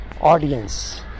audience